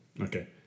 Okay